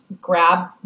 grab